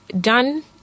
done